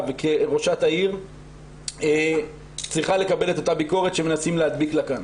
וכראשת העיר צריכה לקבל את אותה ביקורת שמנסים להדביק לה כאן.